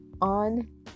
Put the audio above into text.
on